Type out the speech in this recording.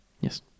yes